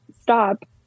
stop